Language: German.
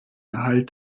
erhalt